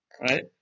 Right